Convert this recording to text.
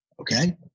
Okay